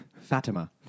Fatima